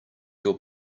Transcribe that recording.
your